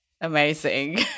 Amazing